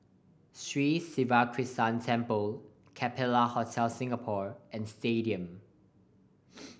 Sri Siva Krishna Temple Capella Hotel Singapore and Stadium